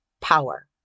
power